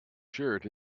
shirt